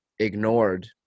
ignored